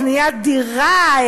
קניית דירה,